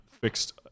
fixed